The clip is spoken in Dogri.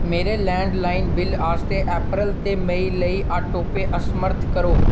मेरे लैंडलाइन बिल्ल आस्तै अप्रैल ते मेई लेई ऑटोपे असमर्थ करो